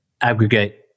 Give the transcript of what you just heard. aggregate